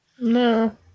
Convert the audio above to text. No